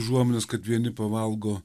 užuominas kad vieni pavalgo